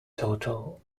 total